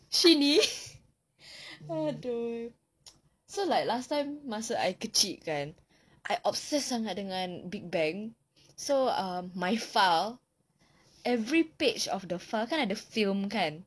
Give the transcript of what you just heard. shinee !aduh! so like last time masa I kecil kan I obsessed sangat dengan big bang um so my file every page of my file kind of the film kind